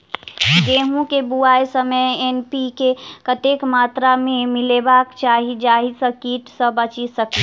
गेंहूँ केँ बुआई समय एन.पी.के कतेक मात्रा मे मिलायबाक चाहि जाहि सँ कीट सँ बचि सकी?